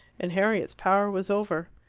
and harriet's power was over.